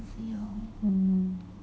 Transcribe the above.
um